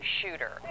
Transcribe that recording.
shooter